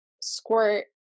squirt